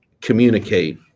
communicate